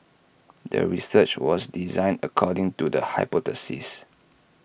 the research was designed according to the hypothesis